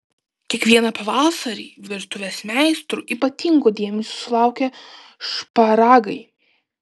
kiekvieną pavasarį virtuvės meistrų ypatingo dėmesio sulaukia šparagai